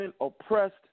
oppressed